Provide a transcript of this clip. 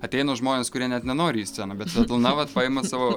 ateina žmonės kurie net nenori į sceną bet svetlana vat paima savo